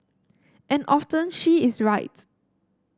and often she is right